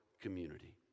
community